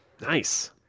Nice